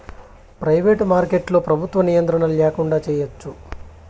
private మార్కెట్లో ప్రభుత్వ నియంత్రణ ల్యాకుండా చేయచ్చు